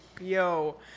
yo